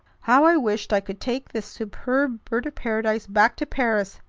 how i wished i could take this superb bird of paradise back to paris,